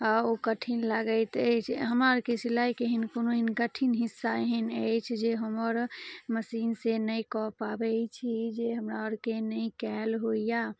आ ओ कठिन लागैत अइछ हमरा अरके सिलाइके एहेन कोनो एहन कठिन हिस्सा एहन अइछ जे हमर मशीन से नै कऽ पाबै छी जे हमरा अरके नै कएल होइये